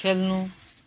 खेल्नु